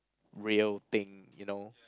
real thing you know